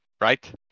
right